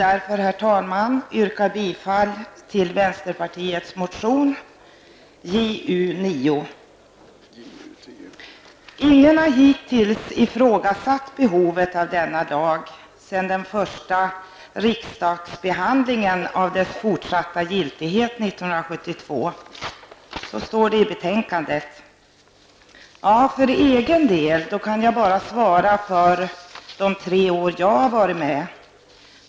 Därför, herr talman, yrkar jag bifall till vänsterpartiets motion JU9. Ingen har hittills ifrågasatt behovet av denna lag sedan den första riksdagsbehandlingen av dess fortsatta giltighet 1972. Så står det i betänkandet. För egen del kan jag endast svara för de tre år som jag har varit med.